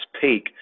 peak